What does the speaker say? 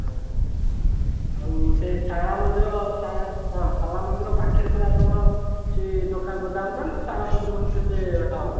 ହଁ ଆଉ ସେ ଶାରଳା ମନ୍ଦିର ଶାରଳା ହଁ ଶାରଳା ମନ୍ଦିର ପାଖରେ ପୁରା ତମର ସେଇ ଦୋକାନ ଗୋଦାମଟା ନା ଶାରଳା ମନ୍ଦିର ପାଖରୁ କେତେ ବାଟ ହବ